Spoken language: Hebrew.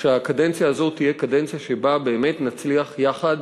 שהקדנציה הזאת תהיה קדנציה שבה באמת נצליח יחד